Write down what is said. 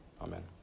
Amen